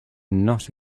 not